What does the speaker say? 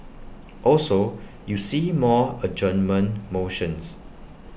also you see more adjournment motions